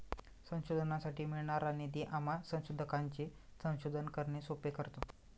संशोधनासाठी मिळणारा निधी आम्हा संशोधकांचे संशोधन करणे सोपे करतो